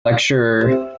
lecturer